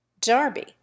Darby